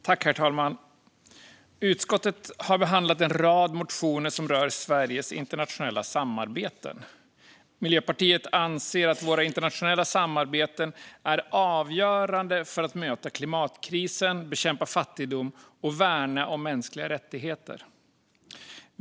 Herr talman! Utskottet har behandlat en rad motioner som rör Sveriges internationella samarbeten. Vi i Miljöpartiet anser att Sveriges internationella samarbeten är avgörande för att möta klimatkrisen, bekämpa fattigdom och värna mänskliga rättigheter.